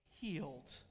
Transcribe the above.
healed